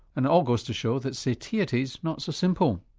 and all goes to show that satiety's not so simple.